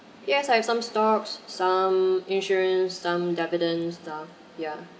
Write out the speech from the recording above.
yes I have some stocks some insurance some dividends stuff yeah